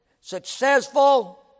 successful